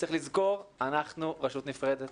צריך לזכור, אנחנו רשות נפרדת